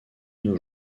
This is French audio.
nos